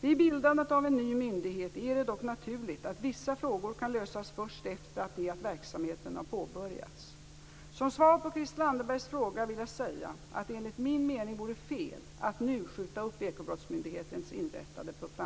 Vid bildandet av en ny myndighet är det dock naturligt att vissa frågor kan lösas först efter det att verksamheten har påbörjats. Som svar på Christel Anderbergs fråga vill jag säga att det enligt min mening vore fel att nu skjuta